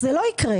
זה לא יקרה.